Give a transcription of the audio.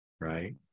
Right